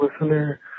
listener